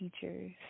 teachers